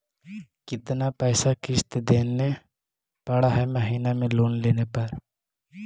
कितना पैसा किस्त देने पड़ है महीना में लोन लेने पर?